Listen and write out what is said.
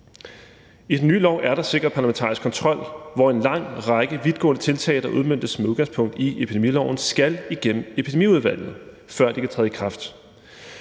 I den nye lov er der sikret parlamentarisk kontrol, hvor en lang række vidtgående tiltag, der udmøntes med udgangspunkt i epidemiloven, skal igennem Epidemiudvalget, før de kan træde i kraft.